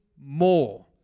more